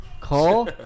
Call